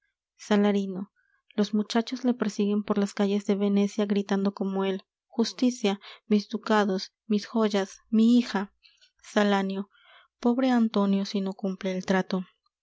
salarino los muchachos le persiguen por las calles de venecia gritando como él justicia mis ducados mis joyas mi hija salanio pobre antonio si no cumple el trato